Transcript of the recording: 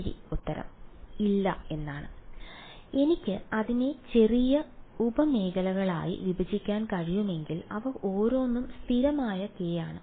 ശരി ഉത്തരം ഇല്ല എന്നാണ് എനിക്ക് അതിനെ ചെറിയ ഉപമേഖലകളായി വിഭജിക്കാൻ കഴിയുമെങ്കിൽ അവ ഓരോന്നും സ്ഥിരമായ k ആണ്